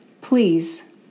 please